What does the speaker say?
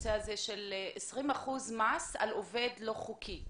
הנושא של 20% מס על עובד לא חוקי.